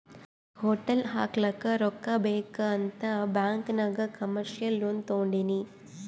hotel ಹಾಕ್ಲಕ್ ರೊಕ್ಕಾ ಬೇಕ್ ಅಂತ್ ಬ್ಯಾಂಕ್ ನಾಗ್ ಕಮರ್ಶಿಯಲ್ ಲೋನ್ ತೊಂಡಿನಿ